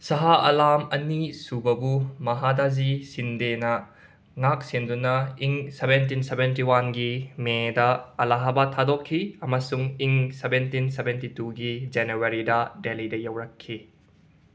ꯁꯥꯍ ꯑꯂꯥꯝ ꯑꯅꯤ ꯁꯨꯕꯕꯨ ꯃꯍꯥꯗꯥꯖꯤ ꯁꯤꯟꯗꯦꯅ ꯉꯥꯛ ꯁꯦꯟꯗꯨꯅ ꯏꯪ ꯁꯕꯦꯟꯇꯤꯟ ꯁꯕꯦꯟꯇꯤ ꯋꯥꯟꯒꯤ ꯃꯦꯗ ꯑꯜꯂꯥꯍꯥꯕꯥꯗ ꯊꯥꯗꯣꯛꯈꯤ ꯑꯃꯁꯨꯡ ꯏꯪ ꯁꯕꯦꯟꯇꯤꯟ ꯁꯕꯦꯟꯇꯤ ꯇꯨꯒꯤ ꯖꯅꯋꯥꯔꯤꯗ ꯗꯦꯂꯤꯗ ꯌꯧꯔꯛꯈꯤ